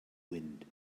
wind